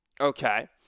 Okay